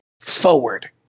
forward